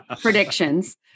predictions